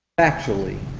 actually,